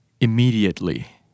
immediately